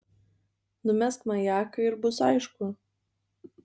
numesk majaką ir bus aišku